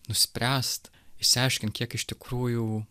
nuspręst išsiaiškint kiek iš tikrųjų